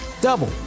Double